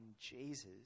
Jesus